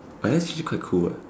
but that's actually quite cool eh